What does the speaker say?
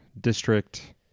district